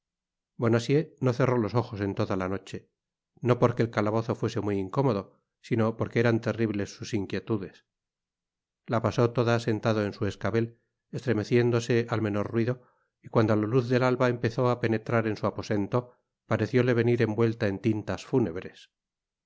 bonacieux no cerró los ojos en toda la noche no porque el calabozo fuese muy incómodo sino porque eran terribles sus inquietudes la pasó toda sentado en su escabel estremeciéndose al menor ruido y cuando la luz del alba empezó á penetrar en su aposento parecióle venir envuelta en tintas fúnebres